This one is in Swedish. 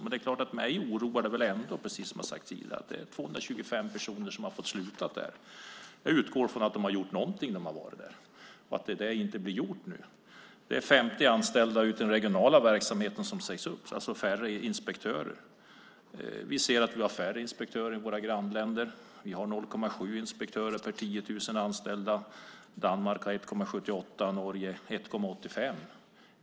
Men det oroar mig, precis som jag har sagt tidigare, att det är 225 personer som har fått sluta där. Jag utgår från att de har gjort någonting när de har varit där och att det inte blir gjort nu. Det är 50 anställda ute i den regionala verksamheten som sägs upp. Det är alltså färre inspektörer. Vi ser att vi har färre inspektörer än i våra grannländer. Vi har 0,7 inspektörer per 10 000 anställda. Danmark har 1,78, och Norge har 1,85.